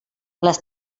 les